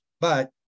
But-